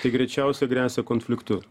tai greičiausiai gresia konfliktu